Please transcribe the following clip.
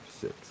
six